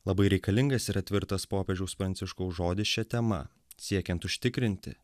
labai reikalingas yra tvirtas popiežiaus pranciškaus žodis šia tema siekiant užtikrinti